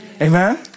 Amen